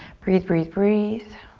breathe, breathe, breathe.